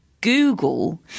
google